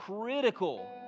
critical